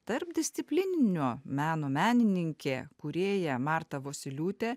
tarpdisciplininio meno menininkė kūrėja marta vosyliūtė